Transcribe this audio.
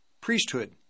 priesthood